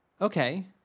Okay